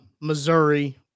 Missouri